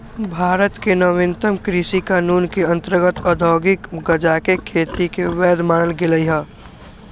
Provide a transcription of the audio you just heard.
भारत में नवीनतम कृषि कानून के अंतर्गत औद्योगिक गजाके खेती के वैध मानल गेलइ ह